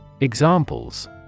Examples